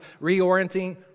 reorienting